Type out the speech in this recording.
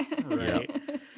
Right